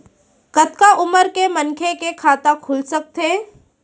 कतका उमर के मनखे के खाता खुल सकथे?